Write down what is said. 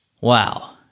wow